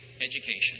education